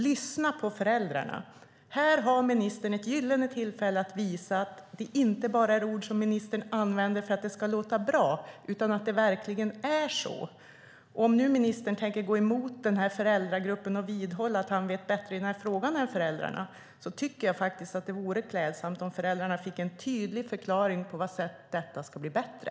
Lyssna på föräldrarna! Här har ministern ett gyllene tillfälle att visa att det inte bara är ord som ministern använder för att det ska låta bra utan att han verkligen menar det. Om nu ministern tänker gå emot den här föräldragruppen och vidhålla att han vet bättre i den här frågan än föräldrarna tycker jag faktiskt att det vore klädsamt om föräldrarna fick en tydlig förklaring av på vilket sätt detta ska bli bättre.